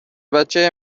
بچه